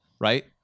right